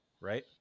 right